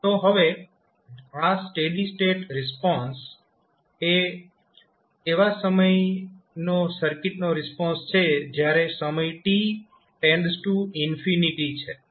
તો હવે આ સ્ટેડી સ્ટેટ રિસ્પોન્સ એ તેવા સમયે સર્કિટનો રિસ્પોન્સ છે જયારે સમય t છે